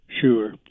Sure